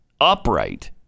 upright